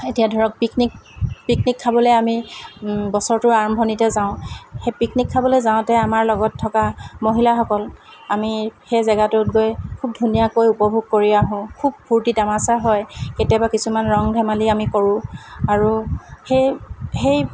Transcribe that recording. এতিয়া ধৰক picnic picnic খাবলৈ আমি বছৰটোৰ আৰম্ভণিতে যাওঁ সেই পিকনিক খাবলৈ যাওঁতে আমাৰ লগত থকা মহিলাসকল আমি সেই জাগাটোত গৈ খুব ধুনীয়াকৈ উপভোগ কৰি আহোঁ খুব ফূৰ্তি তামাছা হয় কেতিয়াবা কিছুমান ৰং ধেমালি আমি কৰোঁ আৰু সেই সেই